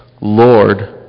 Lord